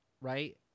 right